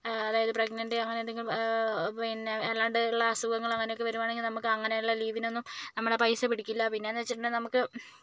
അതായത് പ്രെഗ്നൻറ് അങ്ങനെ എന്തെങ്കിലും പിന്നെ അല്ലാണ്ട് ഉള്ള അസുഖങ്ങൾ അങ്ങനെയൊക്കെ വരുകയാണെങ്കിൽ നമുക്ക് അങ്ങനെയുള്ള ലീവിനൊന്നും നമ്മുടെ പൈസ പിടിക്കില്ല പിന്നെയെന്ന് വെച്ചിട്ടുണ്ടെങ്കിൽ നമുക്ക്